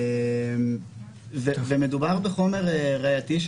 מדובר בחומר ראייתי,